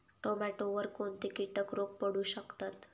टोमॅटोवर कोणते किटक रोग पडू शकतात?